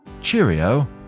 Cheerio